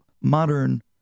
modern